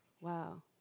Wow